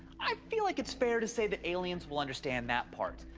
i feel like it's fair to say that aliens will understand that part.